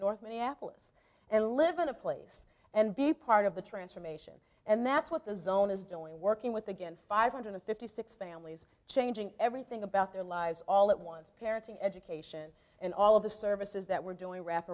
north minneapolis and live in a place and be part of the transformation and that's what the zone is doing working with again five hundred fifty six families changing everything about their lives all at once parenting education and all of the services that we're doing wrap